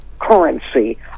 currency